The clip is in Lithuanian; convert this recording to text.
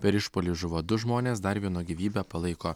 per išpuolį žuvo du žmonės dar vieno gyvybę palaiko